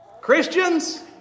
Christians